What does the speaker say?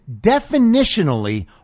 definitionally